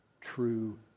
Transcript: true